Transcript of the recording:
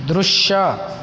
ದೃಶ್ಯ